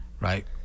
right